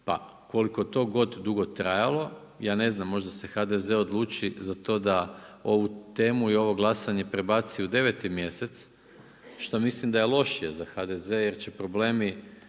pa koliko god to dugo trajalo. Ja ne znam možda se HDZ odluči za to da ovu temu i ovo glasanje prebaci u 9. mjesec, što mislim da je lošije za HDZ jer će problemi